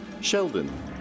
Sheldon